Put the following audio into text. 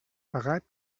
pagat